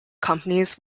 companies